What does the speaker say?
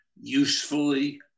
usefully